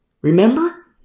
remember